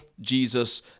Jesus